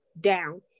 down